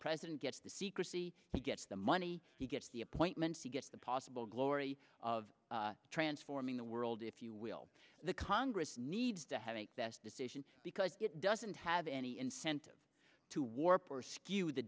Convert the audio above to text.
president gets the secrecy he gets the money he gets the appointments you get the possible glory of transforming the world if you will the congress needs to have make this decision because it doesn't have any incentive to warp or skew the